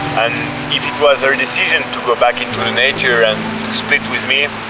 and if it was her decision to go back into the nature and split with me